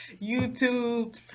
YouTube